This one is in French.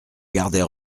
garder